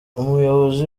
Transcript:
umuyobozi